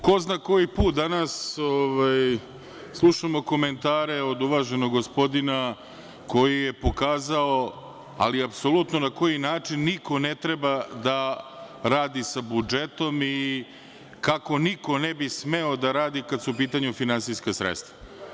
Po ko zna koji put danas slušamo komentare od uvaženog gospodina koji je pokazao, ali apsolutno, na koji način niko ne treba da radi sa budžetom i kako niko ne bi smeo da radi kada su u pitanju finansijska sredstva.